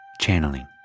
channeling